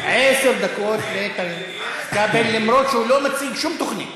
עשר דקות לכבל, למרות שהוא לא מציג שום תוכנית.